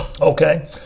Okay